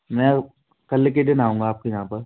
मैं कल के दिन आऊँगा आपके यहाँ पर